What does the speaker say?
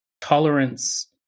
tolerance